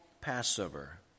Passover